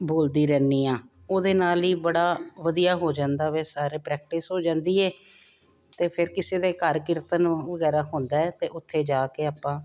ਬੋਲਦੀ ਰਹਿੰਨੀ ਆ ਉਹਦੇ ਨਾਲ ਹੀ ਬੜਾ ਵਧੀਆ ਹੋ ਜਾਂਦਾ ਵੈ ਸਾਰੇ ਪ੍ਰੈਕਟਿਸ ਹੋ ਜਾਂਦੀ ਹ ਤੇ ਫਿਰ ਕਿਸੇ ਦੇ ਘਰ ਕੀਰਤਨ ਵਗੈਰਾ ਹੁੰਦਾ ਹ ਤੇ ਉੱਥੇ ਜਾ ਕੇ ਆਪਾਂ